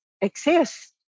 exist